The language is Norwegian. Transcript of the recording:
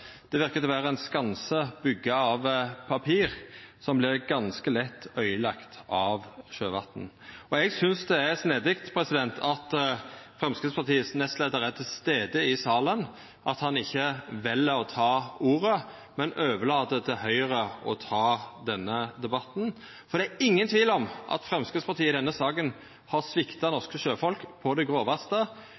Det verkar vera ein skanse bygd av papir, som vert ganske lett øydelagd av sjøvatn. Eg synest det er snedig at Framstegspartiets nestleiar, som er til stades i salen, ikkje vel å ta ordet, men overlèt til Høgre å ta denne debatten. Det er ingen tvil om at Framstegspartiet i denne saka har svikta norske sjøfolk på det grovaste.